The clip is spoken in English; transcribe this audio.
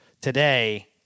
today